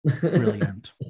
Brilliant